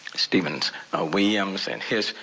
steven williams and his,